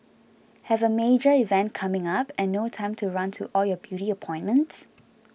have a major event coming up and no time to run to all your beauty appointments